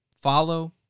follow